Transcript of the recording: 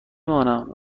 مانم